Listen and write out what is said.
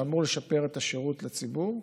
מה שאמור לשפר את השירות לציבור,